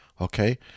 okay